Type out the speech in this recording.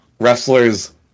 wrestlers